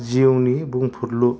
जिउनि बुंफोरलु